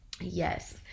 yes